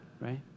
right